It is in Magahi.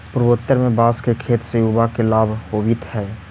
पूर्वोत्तर में बाँस के खेत से युवा के लाभ होवित हइ